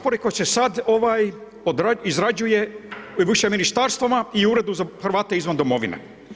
koji se sad izrađuje u našim Ministarstvima i Uredu za Hrvate izvan domovine.